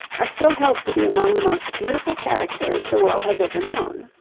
are still held to be among the most beautiful characters the world has ever known.